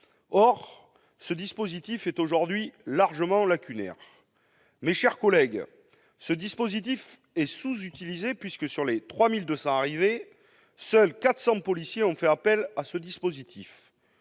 Or ce dispositif est aujourd'hui largement lacunaire. Mes chers collègues, ce dispositif est sous-utilisé puisque, sur les 3 200 policiers arrivés, seuls 400 y ont fait appel. Selon